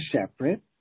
separate